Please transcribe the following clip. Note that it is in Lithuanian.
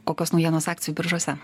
kokios naujienos akcijų biržose